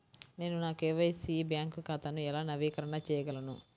నేను నా KYC bank ఖాతాను ఎలా నవీకరణ చేయగలను?